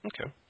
Okay